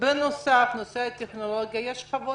בנושא הטכנולוגיה יש שכבות